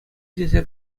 тесе